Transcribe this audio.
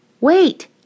Wait